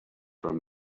from